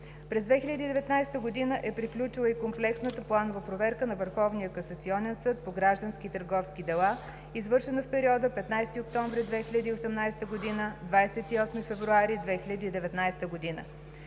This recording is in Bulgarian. През 2019 г. е приключила и комплексната планова проверка на Върховния касационен съд по граждански и търговски дела, извършена в периода 15 октомври 2018 г. – 28 февруари 2019 г.